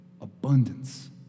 abundance